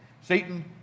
Satan